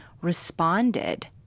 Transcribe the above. responded